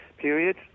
period